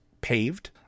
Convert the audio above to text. paved